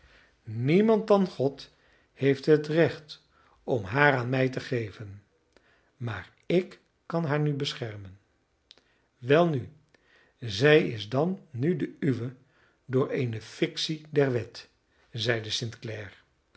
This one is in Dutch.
niemand dan god heeft het recht om haar aan mij te geven maar ik kan haar nu beschermen welnu zij is dan nu de uwe door eene fictie der